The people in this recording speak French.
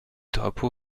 drapeau